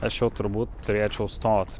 aš jau turbūt turėčiau stot